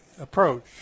approach